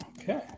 Okay